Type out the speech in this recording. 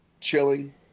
chilling